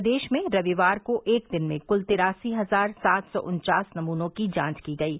प्रदेश में रविवार एक दिन में क्ल तिरासी हजार सात सौ उन्चास नमूनों की जांच की गयी